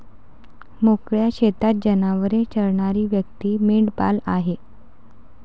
मोकळ्या शेतात जनावरे चरणारी व्यक्ती मेंढपाळ आहे